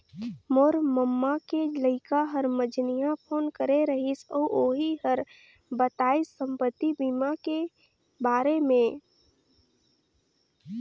मोर ममा के लइका हर मंझिन्हा फोन करे रहिस अउ ओही हर बताइस संपति बीमा के बारे मे